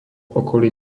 okolí